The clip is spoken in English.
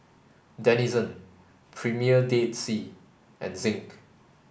Denizen Premier Dead Sea and Zinc